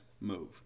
move